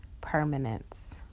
permanence